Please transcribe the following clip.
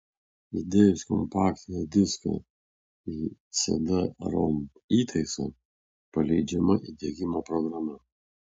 įdėjus kompaktinį diską į cd rom įtaisą paleidžiama įdiegimo programa